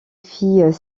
fit